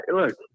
look